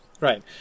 right